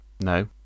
No